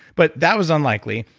but that was unlikely.